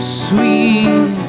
sweet